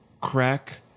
crack